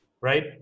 right